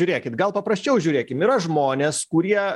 žiūrėkit gal paprasčiau žiūrėkim yra žmonės kurie